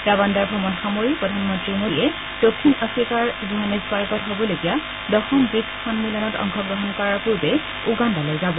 ৰাবাণ্ডাৰ ভ্ৰমণ সামৰি প্ৰধানমন্ত্ৰী মোদীয়ে দক্ষিণ আফ্ৰিকাৰ জোহানেছ বাৰ্গত হ'বলগীয়া দশম ব্ৰিকছ সন্মিলত অংশগ্ৰহণ কৰাৰ পূৰ্বে উগাণ্ডালৈ যাব